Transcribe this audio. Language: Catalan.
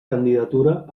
candidatura